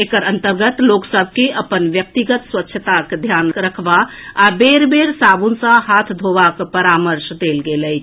एकर अंतर्गत लोक सभ के अपन व्यक्तिगत स्वच्छताक ध्यान रखबा आ बेर बेर साबुन सॅ हाथ धोबाक परामर्श देल गेल अछि